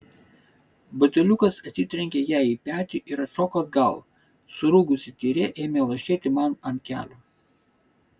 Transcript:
buteliukas atsitrenkė jai į petį ir atšoko atgal surūgusi tyrė ėmė lašėti man ant kelių